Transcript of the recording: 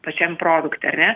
pačiam produkte ar ne